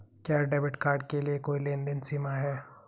क्या debit card के लिए कोई लेनदेन सीमा है?